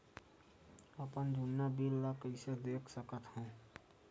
अपन जुन्ना बिल ला कइसे देख सकत हाव?